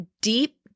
deep